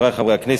תודה.